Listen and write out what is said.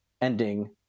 ending